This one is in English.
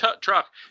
truck